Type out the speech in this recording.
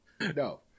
No